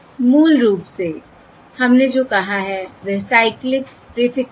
यह मूल रूप से हमने जो कहा है वह साइक्लिक प्रीफिक्स है